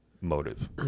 motive